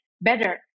Better